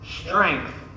strength